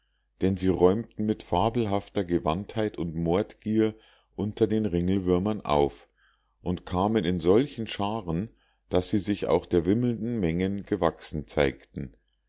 denn sie räumten mit fabelhafter gewandtheit und mordgier unter den ringelwürmern auf und kamen in solchen scharen daß sie sich auch der wimmelnden mengen gewachsen zeigten